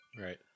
Right